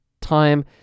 time